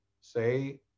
say